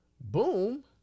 boom